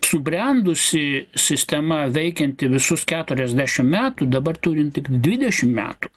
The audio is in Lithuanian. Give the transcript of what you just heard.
subrendusi sistema veikianti visus keturiasdešim metų dabar turim tik dvidešim metų